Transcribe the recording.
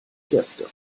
gäste